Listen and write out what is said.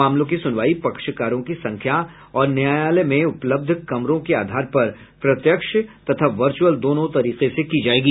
मामलों की सुनवाई पक्षकारों की संख्या और न्यायालय में उपलब्ध कमरों के आधार पर प्रत्यक्ष तथा वर्चुअल दोनों तरीके से की जाएगी